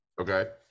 Okay